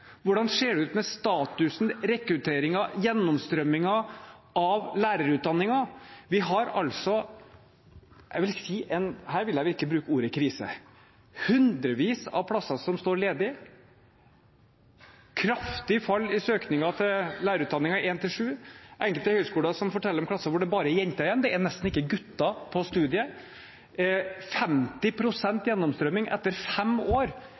Hvordan ser det ut med statusen til, rekrutteringen til og gjennomstrømningen i lærerutdanningen? Vi har altså – her vil jeg virkelig bruke ordet «krise» – hundrevis av plasser som står ledige, kraftig fall i søkningen til lærerutdanningen for 1.–7. trinn. Enkelte høyskoler forteller om klasser der det bare er jenter igjen, det er nesten ikke gutter på studiet. Det er 50 pst. gjennomstrømning etter fem år